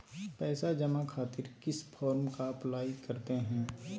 पैसा जमा खातिर किस फॉर्म का अप्लाई करते हैं?